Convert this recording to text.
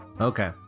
okay